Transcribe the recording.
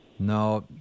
No